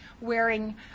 wearing